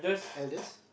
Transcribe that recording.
eldest